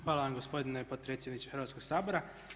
Hvala vam gospodine potpredsjedniče Hrvatskoga sabora.